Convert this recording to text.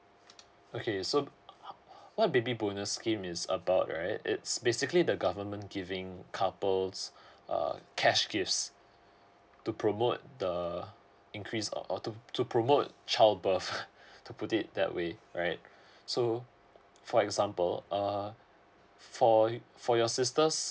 okay so what baby bonus scheme is about right it's basically the government giving couples uh cash gifts to promote the err increase or to to promote child birth to put it that way right so for example uh for for your sisters